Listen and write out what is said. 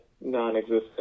non-existent